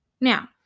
Now